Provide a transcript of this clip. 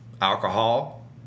alcohol